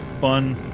fun